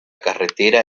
carretera